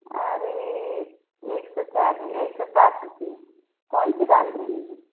अरे एक सौ सात एक सौ साठ रुपये कौन सी दाल मिलेगी